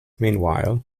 meanwhile